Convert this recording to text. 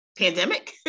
Pandemic